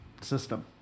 system